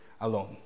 alone